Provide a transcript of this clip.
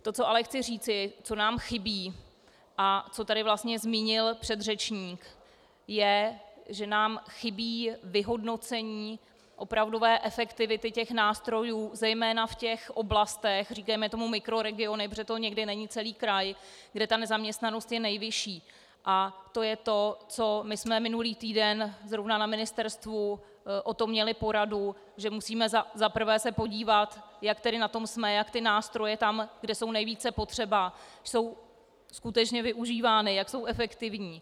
To, co ale chci říci, co nám chybí a co tady vlastně zmínil předřečník, je, že nám chybí vyhodnocení opravdové efektivity těch nástrojů, zejména v oblastech, říkejme tomu mikroregiony, protože to nikdy není celý kraj, kde je nezaměstnanost nejvyšší, a to je to, o čem jsme minulý týden zrovna na ministerstvu měli poradu, že musíme se za prvé podívat, jak na tom jsme, jak ty nástroje tam, kde jsou nejvíce potřeba, jsou skutečně využívány, jak jsou efektivní.